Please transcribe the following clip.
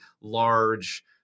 large